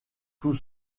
tout